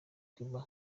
cuba